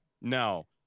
No